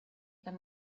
their